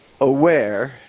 aware